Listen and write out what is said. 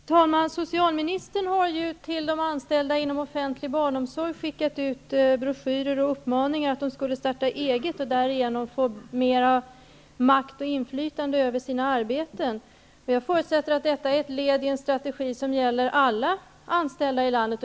Fru talman! Socialministern har skickat ut broschyrer och uppmaningar till de anställda inom offentlig barnomsorg om att de skall starta eget och därigenom få mer makt och inflytande över sina arbeten. Jag förutsätter att detta är ett led i en strategi som gäller alla anställda i landet.